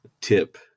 tip